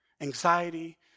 anxiety